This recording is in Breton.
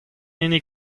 hini